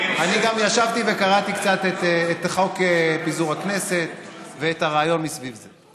אני גם ישבתי וקראתי קצת את חוק פיזור הכנסת ואת הרעיון מסביב זה.